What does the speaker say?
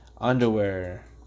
Underwear